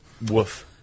Woof